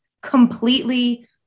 completely